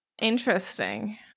Interesting